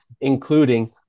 including